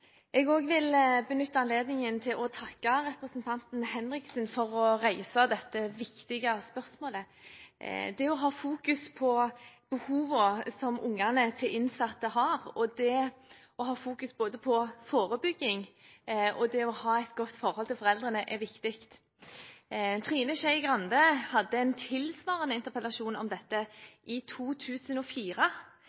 Henriksen for å reise dette viktige spørsmålet. Å ha fokus på behovene som ungene til innsatte har når det gjelder både forebygging og det å ha et godt forhold til foreldrene, er viktig. Trine Skei Grande hadde en tilsvarende interpellasjon om dette